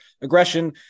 aggression